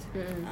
mm mm